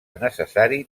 necessari